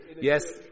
Yes